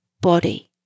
body